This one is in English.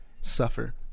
suffer